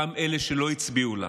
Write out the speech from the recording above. גם אלה שלא הצביעו לה,